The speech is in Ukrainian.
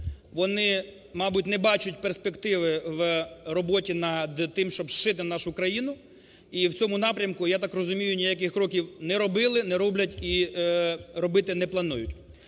Вони, мабуть, не бачать перспективи у роботі над тим, щоб зшити нашу країну. І у цьому напрямку, я так розумію, ніяких кроків не робили, не роблять і робити не планують.